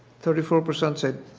thirty four percent say